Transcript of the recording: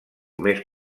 més